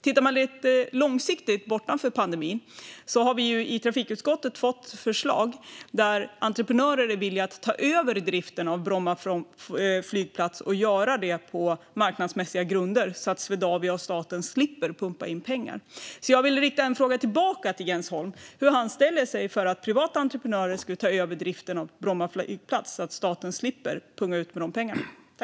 Om man tittar långsiktigt, bortom pandemin, ser man att vi i trafikutskottet har fått förslag från entreprenörer som är villiga att ta över driften av Bromma flygplats på marknadsmässiga grunder så att Swedavia och staten slipper pumpa in pengar. Jag vill rikta en fråga tillbaka till Jens Holm: Hur ställer han sig till att privata entreprenörer tar över driften av Bromma flygplats så att staten slipper punga ut med de pengarna?